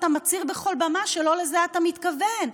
אתה מצהיר בכל במה שלא לזה אתה מתכוון,